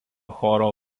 choro